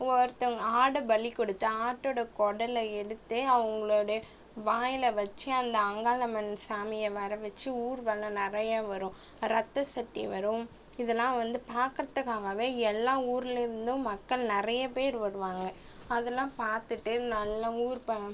ஒருத்தவங்க ஆட பலி கொடுத்து ஆட்டோடய குடல எடுத்து அவங்களோட வாயிலை வச்சு அந்த அங்காளம்மன் சாமியை வர வச்சு ஊர்வலம் நிறைய வரும் ரத்த சக்தி வரும் இதெல்லாம் வந்து பார்க்கறதுக்காகவே எல்லா ஊர்லேருந்தும் மக்கள் நிறைய பேர் வருவாங்க அதெல்லாம் பார்த்துட்டு நல்லா ஊர் ப